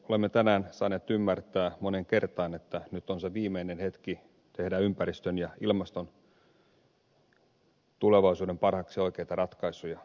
olemme tänään saaneet ymmärtää moneen kertaan että nyt on se viimeinen hetki tehdä ympäristön ja ilmaston tulevaisuuden parhaaksi oikeita ratkaisuja